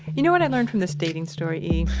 you know what i learned from this dating story, e?